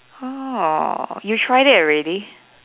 oh you tried it already